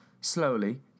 slowly